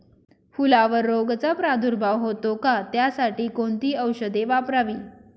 फुलावर रोगचा प्रादुर्भाव होतो का? त्यासाठी कोणती औषधे वापरावी?